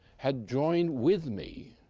had joined with me,